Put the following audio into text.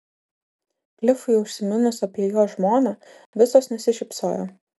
klifui užsiminus apie jo žmoną visos nusišypsojo